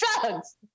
Drugs